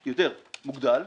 נניח.